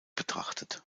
betrachtet